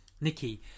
Nikki